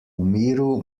miru